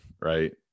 right